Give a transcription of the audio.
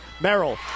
Merrill